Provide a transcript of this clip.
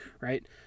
right